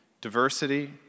diversity